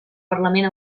parlament